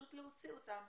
פשוט להוציא אותם.